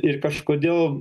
ir kažkodėl